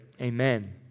amen